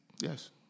Yes